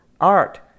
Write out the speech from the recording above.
art